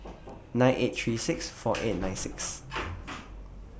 nine eight three six four eight nine six